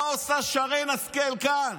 מה עושה שרן השכל כאן